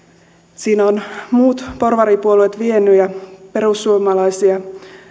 siinä ovat muut porvaripuolueet vieneet ja perussuomalaisia